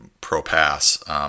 pro-pass